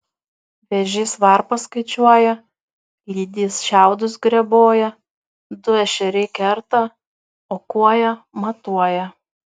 vėžys varpas skaičiuoja lydys šiaudus greboja du ešeriai kerta o kuoja matuoja